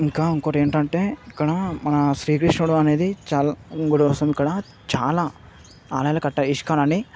ఇంకా ఇంకోటేంటంటే ఇక్కడ మన శ్రీ కృష్ణుడు అనేది చా గుర్తొస్తుంది ఇక్కడ చాలా గోదావరిలో కట్టే ఇస్కాన్ అని